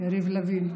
יריב לוין.